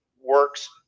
works